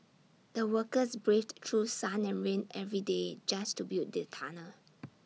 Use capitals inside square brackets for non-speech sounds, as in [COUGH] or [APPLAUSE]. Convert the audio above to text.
the workers braved through sun and rain every day just to build the tunnel [NOISE]